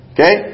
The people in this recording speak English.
Okay